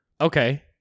Okay